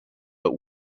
but